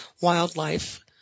wildlife